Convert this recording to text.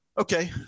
Okay